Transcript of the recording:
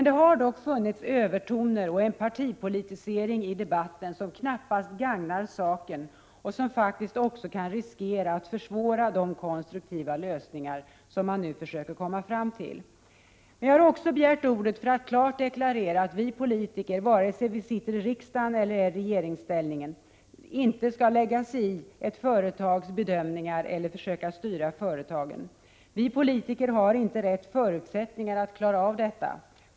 Det har dock funnits övertoner och en partipolitisering i debatten som knappast gagnar saken och som faktiskt riskerar att försvåra de konstruktiva lösningar man nu försöker komma fram till. Jag har begärt ordet också för att klart deklarera att vi politiker, vare sig vi sitter i riksdagen eller befinner oss i regeringsställning, inte skall lägga oss i ett företags bedömningar eller försöka styra företagen. Vi politiker har inte de rätta förutsättningarna att klara av detta.